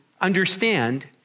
understand